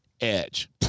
edge